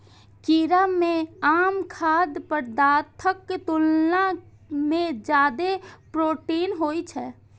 कीड़ा मे आम खाद्य पदार्थक तुलना मे जादे प्रोटीन होइ छै